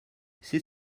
c’est